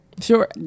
sure